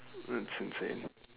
that's insane